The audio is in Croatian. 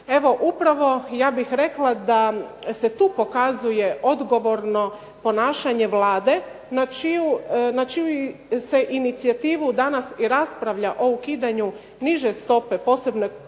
Evo, upravo ja bih rekla da se tu pokazuje odgovorno ponašanje Vlade na čiju se inicijativu danas i raspravlja o ukidanju niže stope posebnog poreza.